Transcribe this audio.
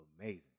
amazing